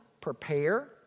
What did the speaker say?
prepare